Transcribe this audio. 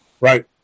Right